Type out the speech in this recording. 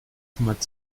kümmert